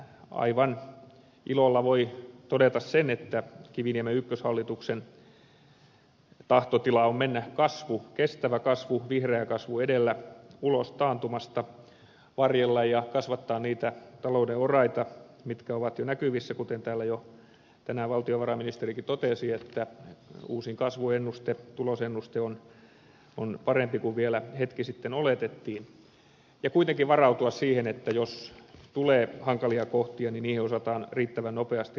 aivan ilolla voi todeta sen että kiviniemen ykköshallituksen tahtotila on mennä kasvu kestävä kasvu vihreä kasvu edellä ulos taantumasta varjella ja kasvattaa niitä talouden oraita mitkä ovat jo näkyvissä kuten täällä tänään valtiovarainministerikin jo totesi uusin kasvuennuste tulosennuste on parempi kuin vielä hetki sitten oletettiin ja kuitenkin varautua siihen että jos tulee hankalia kohtia niin niihin osataan riittävän nopeasti reagoida